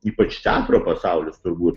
ypač teatro pasaulis turbūt